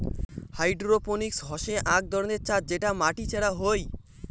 hydroponics হসে আক ধরণের চাষ যেটা মাটি ছাড়া হই